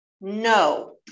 no